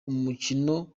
umukino